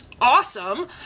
awesome